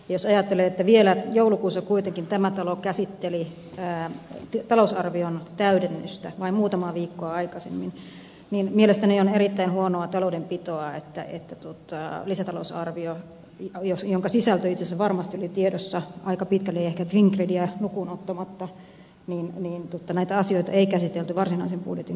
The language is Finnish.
jos ajattelee että kuitenkin vielä joulukuussa tämä talo käsitteli talousarvion täydennystä vain muutamaa viikkoa aikaisemmin niin mielestäni on erittäin huonoa taloudenpitoa että näitä lisätalousarvion jonka sisältö itse asiassa varmasti oli tiedossa aika pitkälle ehkä fingridiä lukuun ottamatta asioita ei käsitelty varsinaisen budjetin yhteydessä